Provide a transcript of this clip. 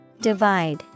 Divide